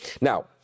Now